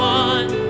one